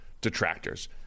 detractors